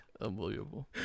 Unbelievable